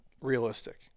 realistic